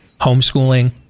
homeschooling